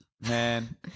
Man